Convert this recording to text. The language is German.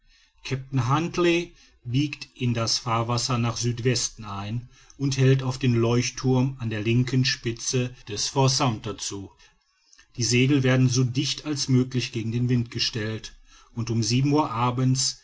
kapitän huntly biegt in das fahrwasser nach südwesten ein und hält auf den leuchtthurm an der linken spitze des fort sumter zu die segel werden so dicht als möglich gegen den wind gestellt und um sieben uhr abends